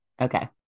Okay